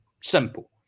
Simple